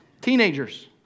teenagers